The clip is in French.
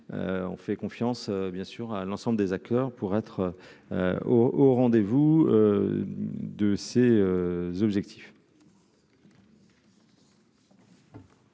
on fait confiance, bien sûr, à l'ensemble des accords pour être au rendez-vous de ses objectifs.